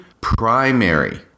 primary